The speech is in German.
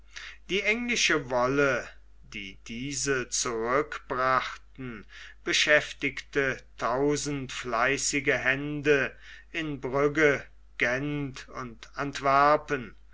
die englische wolle die diese zurückbrachten beschäftigte tausend fleißige hände in brügge gent und antwerpen